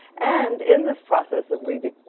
and in this process of rediscovery,